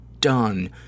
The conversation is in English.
done